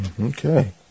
Okay